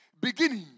beginning